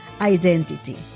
identity